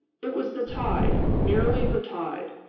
it was the tide, merely the tide,